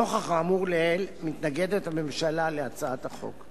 נוכח האמור לעיל, הממשלה מתנגדת להצעת החוק.